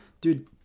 dude